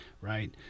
right